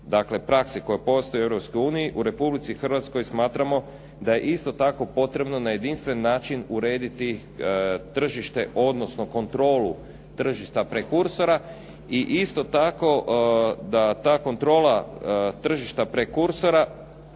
dobre prakse koja postoji u Europskoj uniji, u Republici Hrvatskoj smatramo da je isto tako potrebno na jedinstven način urediti tržište odnosno kontrolu tržišta prekursora i isto tako da ta kontrola tržišta prekursora